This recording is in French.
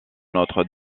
notre